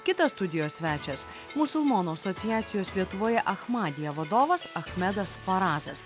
kitas studijos svečias musulmonų asociacijos lietuvoje achmadija vadovas achmedas farazas